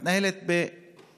החקירה מתנהלת בעצלתיים.